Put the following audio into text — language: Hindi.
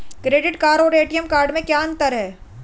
क्रेडिट कार्ड और ए.टी.एम कार्ड में क्या अंतर है?